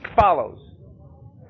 follows